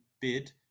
bid